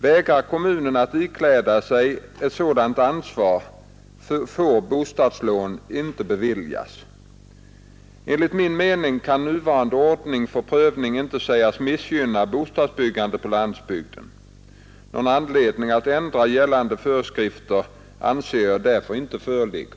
Vägrar kommunen att ikläda sig sådant ansvar, får bostadslån inte beviljas. Enligt min mening kan nuvarande ordning för prövningen inte sägas missgynna bostadsbyggandet på landsbygden. Någon anledning att ändra gällande föreskrifter anser jag därför inte föreligga.